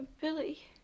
Billy